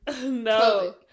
No